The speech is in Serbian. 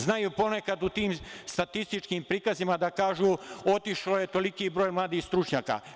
Znaju ponekad u tim statističkim prikazima da kažu - otišlo je toliki broj mladih stručnjaka.